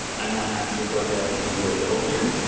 i want to actually go ahead and do a build here.